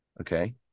Okay